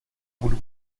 budu